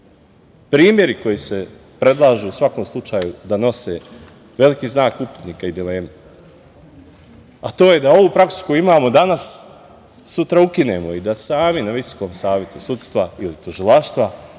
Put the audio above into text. način. Primeri koji se predlažu u svakom slučaju da nose veliki znak upitnika i dileme, a to je da ovu praksu koju imamo danas sutra ukinemo i da sami na VSS ili tužilaštva